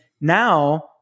now